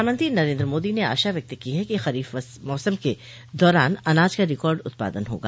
प्रधानमंत्री नरेन्द्र मोदी ने आशा व्यक्त् की है कि खरीफ मौसम के दौरान अनाज का रिकार्ड उत्पादन होगा